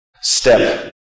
step